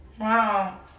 Wow